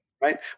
Right